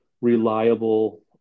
reliable